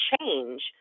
change